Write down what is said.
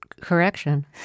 correction